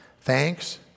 Thanks